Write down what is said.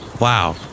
wow